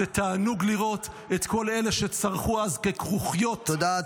זה תענוג לראות את כל אלה שצרחו אז ככרוכיות -- תודה,